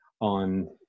on